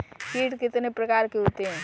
कीट कितने प्रकार के होते हैं?